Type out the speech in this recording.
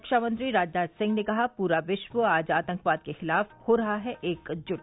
रक्षा मंत्री राजनाथ सिंह ने कहा पूरा विश्व आज आतंकवाद के खिलाफ हो रहा है एकजूट